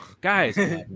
guys